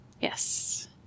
Yes